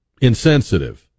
insensitive